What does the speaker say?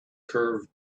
curved